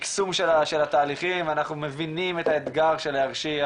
מיקסום של התהליכים אנחנו מבינים את האתגר של להרשיע,